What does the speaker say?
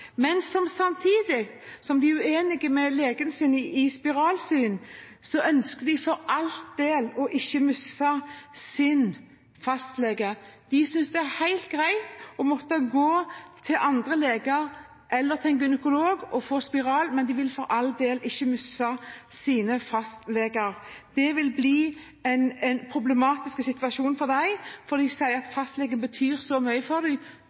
men som samtidig som de er uenige med legen sin i synet på spiral, for all del ikke ønsker å miste fastlegen. De synes det er helt greit å måtte gå til andre leger eller til en gynekolog for å få spiral, men de vil for all del ikke miste fastlegen. Det vil bli en problematisk situasjon for dem, fordi fastlegen betyr så mye for